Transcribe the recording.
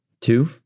Two